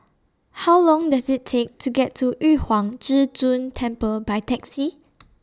How Long Does IT Take to get to Yu Huang Zhi Zun Temple By Taxi